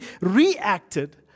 reacted